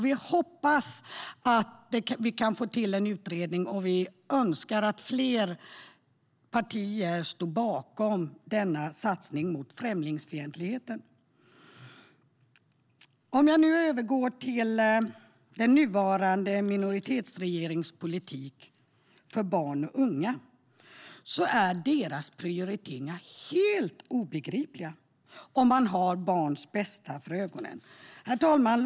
Vi hoppas att vi kan få till en utredning, och vi önskar att fler partier stod bakom denna satsning mot främlingsfientligheten. Jag övergår nu till den nuvarande minoritetsregeringens politik för barn och unga. Deras prioriteringar är helt obegripliga om man har barns bästa för ögonen. Herr talman!